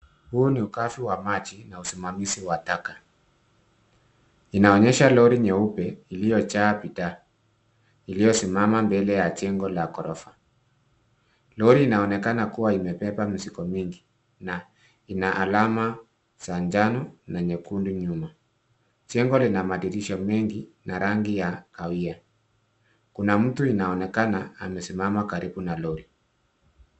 Huu ni ukafi wa maji na usimamizi wa taka. Inaonyesha lori nyeupe iliyojaa bidhaa iliyosimama mbele ya jengo la gorofa. Lori linaonekana kuwa limebeba mizigo mingi na lina alama za jano na nyekundu nyuma. Jengo lina madirisha mengi yenye rangi ya kahawia. Kuna mtu anaonekana amesimama karibu na lori.